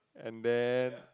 and then